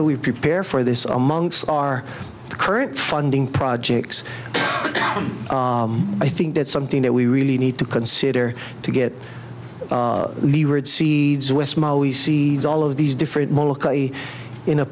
do we prepare for this among our current funding projects and i think that's something that we really need to consider to get all of these different in a